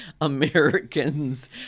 Americans